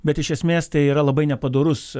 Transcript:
bet iš esmės tai yra labai nepadorus